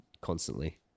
constantly